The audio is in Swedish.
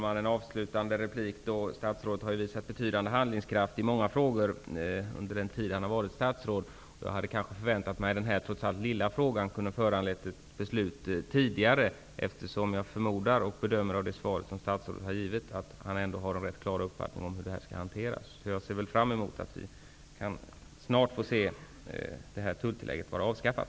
Fru talman! Statsrådet har ju visat en betydande handlingskraft i många frågor under den tid som han har varit statsråd. Jag hade kanske förväntat mig att den här trots allt lilla frågan kunde ha föranlett ett beslut tidigare, eftersom jag utifrån det svar som statsrådet har givit förmodar att han ändå har en klar uppfattning om hur frågan skall hanteras. Jag ser fram emot att tulltillägget snart skall vara avskaffat.